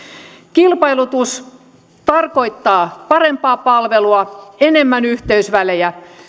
kilpailutus tarkoittaa parempaa palvelua enemmän yhteysvälejä